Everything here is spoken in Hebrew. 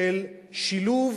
של שילוב